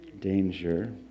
Danger